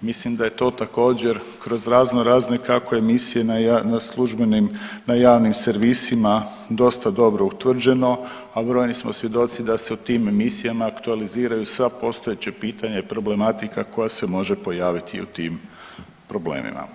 mislim da je to također, kroz razno razne, kako emisije na službenim, na javnim servisima dosta dobro utvrđeno, a brojni smo svjedoci da se u tim emisijama aktualiziraju sva postojeća pitanja i problematika koja se može pojaviti u tim problemima.